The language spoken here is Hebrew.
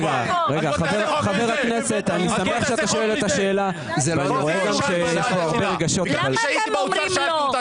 לכן שאלתי אותך, כי הייתי באוצר.